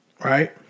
Right